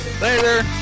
Later